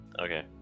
Okay